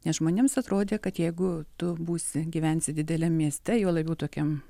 nes žmonėms atrodė kad jeigu tu būsi gyvensi dideliam mieste juo labiau tokiam